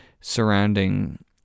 surrounding